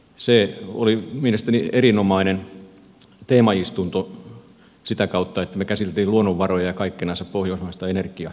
se oli mielestäni erinomainen teemaistunto sitä kautta että me käsittelimme luonnonvaroja ja kaikkinensa pohjoismaista energiaa siellä